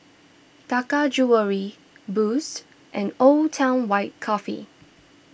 Taka Jewelry Boost and Old Town White Coffee